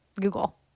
Google